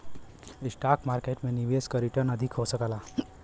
stock market में निवेश क रीटर्न अधिक हो सकला